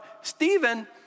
Stephen